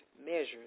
measures